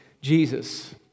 Jesus